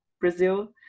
Brazil